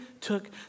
took